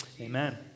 Amen